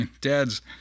Dad's